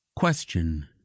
question